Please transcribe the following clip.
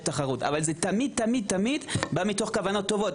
תחרות אבל זה תמיד בא מכוונות טובות.